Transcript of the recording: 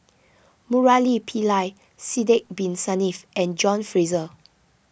Murali Pillai Sidek Bin Saniff and John Fraser